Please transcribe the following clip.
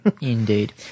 Indeed